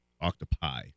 octopi